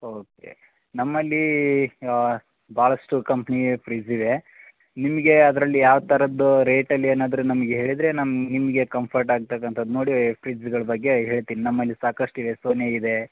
okay ನಮ್ಮಲ್ಲಿ ಬಹಳಷ್ಟು company fridge ಇದೆ ನಿಮ್ಗೆ ಅದರಲ್ಲಿ ಯಾವ ಥರದ್ದು ರೇಟಲ್ಲಿ ಏನಾದರು ನಮ್ಗೆ ಹೇಳಿದರೆ ನಮ್ಮ ನಿಮಗೆ ಕಂಫರ್ಟ್ ಆಗ್ತಕ್ಕಂತದ್ದು ನೋಡಿ ಫ್ರಿಜ್ಗಳ ಬಗ್ಗೆ ಹೇಳ್ತಿನಿ ನಮ್ಮಲ್ಲಿ ಸಾಕಷ್ಟು ಇದೆ ಸೋನಿ ಇದೆ